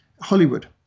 Hollywood